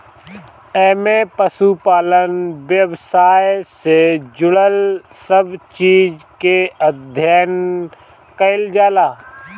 एमे पशुपालन व्यवसाय से जुड़ल सब चीज के अध्ययन कईल जाला